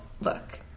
Look